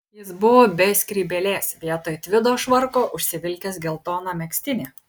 jis buvo be skrybėlės vietoj tvido švarko užsivilkęs geltoną megztinį